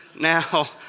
Now